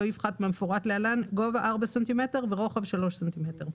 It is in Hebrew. לא יפחת מהמפורט להלן: גובה 4 ס"מ ורוחב 3 ס"מ.